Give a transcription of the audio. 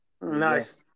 nice